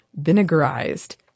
vinegarized